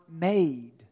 made